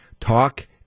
Talk